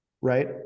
right